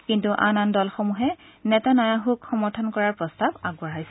কিন্তু আন আন দলসমূহে নেতানয়াহুক সমৰ্থন কৰাৰ প্ৰস্তাৱ আগবঢ়াইছে